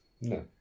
No